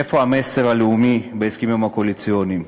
איפה המסר הלאומי בהסכמים הקואליציוניים?